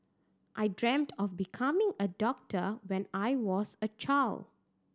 I dreamt of becoming a doctor when I was a child